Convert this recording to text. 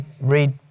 Read